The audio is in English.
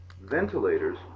ventilators